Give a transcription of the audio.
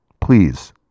please